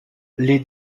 les